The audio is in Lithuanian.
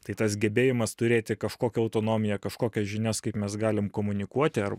tai tas gebėjimas turėti kažkokią autonomiją kažkokias žinias kaip mes galim komunikuoti ar